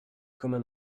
commun